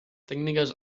tècniques